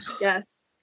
Yes